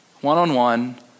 one-on-one